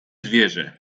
zwierzę